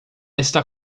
está